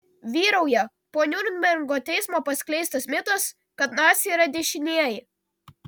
vyrauja po niurnbergo teismo paskleistas mitas kad naciai yra dešinieji